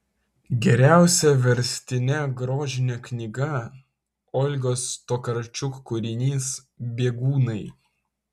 geriausia verstine grožine knyga olgos tokarčuk kūrinys bėgūnai